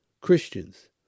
Christians